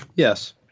yes